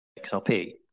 XRP